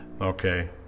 Okay